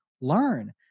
learn